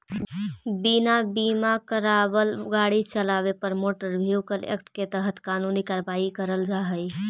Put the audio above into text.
बिना बीमा करावाल गाड़ी चलावे पर मोटर व्हीकल एक्ट के तहत कानूनी कार्रवाई करल जा हई